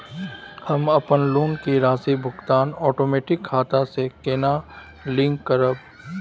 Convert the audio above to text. हम अपन लोन के राशि भुगतान ओटोमेटिक खाता से केना लिंक करब?